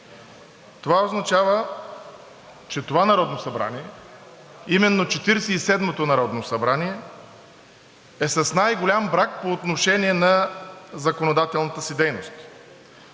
Това означава, че това Народно събрание – именно Четиридесет и седмото народно събрание, е с най-голям брак по отношение на законодателната си дейност.